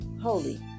Holy